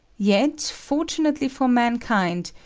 yet, fortunately for mankind,